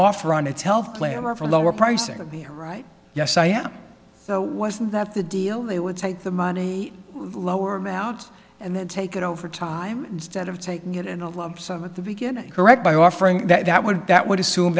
offer on its health claim or for lower pricing the right yes i am though was that the deal they would take the money lower amount and then take it over time instead of taking it in a lump sum at the beginning correct by offering that would that would assume